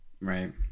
Right